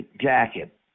jacket